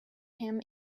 him